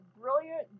brilliant